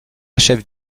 achève